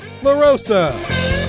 LaRosa